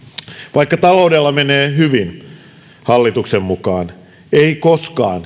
vaikka taloudessa menee hyvin hallituksen mukaan ei koskaan